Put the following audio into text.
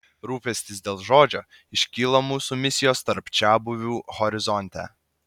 rūpestis dėl žodžio iškyla mūsų misijos tarp čiabuvių horizonte